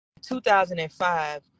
2005